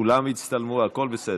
כולם הצטלמו, הכול בסדר.